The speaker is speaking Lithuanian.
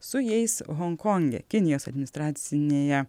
su jais honkonge kinijos administracinėje